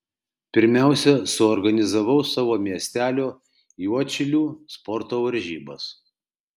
pirmiausia suorganizavau savo miestelio juodšilių sporto varžybas